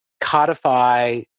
codify